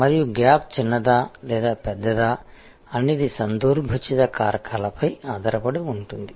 మరియు గ్యాప్ చిన్నదా లేదా పెద్దదా అనేది సందర్భోచిత కారకాలపై ఆధారపడి ఉంటుంది